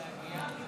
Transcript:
לא נתקבלה.